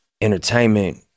entertainment